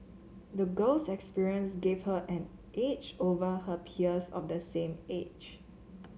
the girl's experience gave her an edge over her peers of the same age